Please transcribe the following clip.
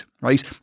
right